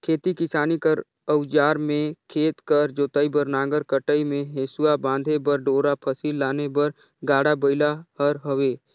खेती किसानी कर अउजार मे खेत कर जोतई बर नांगर, कटई मे हेसुवा, बांधे बर डोरा, फसिल लाने बर गाड़ा बइला हर हवे